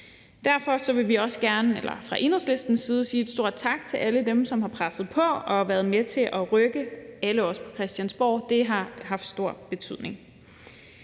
Derfor vil vi også gerne fra Enhedslistens side sige en stor tak til alle dem, som har presset på og været med til at rykke alle os på Christiansborg. Det har haft stor betydning.